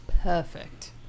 Perfect